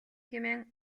хэмээн